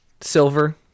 Silver